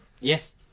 Yes